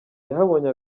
yahabonye